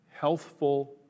healthful